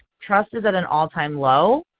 trust is at an all-time low,